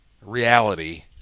Reality